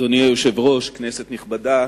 אדוני היושב-ראש, כנסת נכבדה,